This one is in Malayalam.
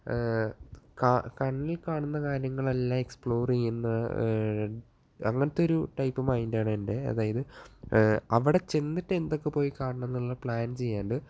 കണ്ണില് കാണുന്ന കാര്യങ്ങളെല്ലാം എക്സ്പ്ലോറ് ചെയുന്ന അങ്ങനത്തെ ഒരു ടൈപ്പ് മൈന്ഡ് ആണ് എന്റെ അതായത് അവിടെ ചെന്നിട്ട് എന്തൊക്കെ പോയി കാണണം എന്നുള്ള പ്ലാന് ചെയ്യാണ്ട്